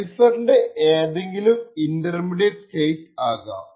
സൈഫറിന്റെ ഏതെങ്കിലും intermediate state ആകാം